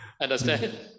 Understand